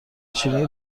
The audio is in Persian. چینی